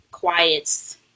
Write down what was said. Quiets